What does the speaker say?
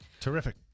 terrific